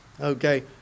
Okay